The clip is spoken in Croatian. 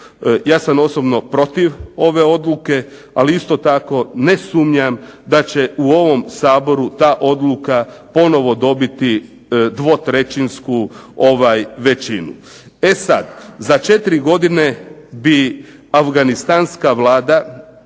Ja sam osobno protiv ove odluke, ali isto tako ne sumnjam da će u ovom Saboru ta odluka ponovno dobiti dvotrećinsku većinu. E sada za 4 godine bi afganistanska vlada